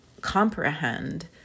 comprehend